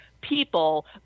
people